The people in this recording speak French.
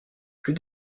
plus